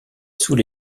sous